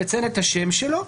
לציין את שעת הצבעתו,